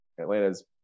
Atlanta's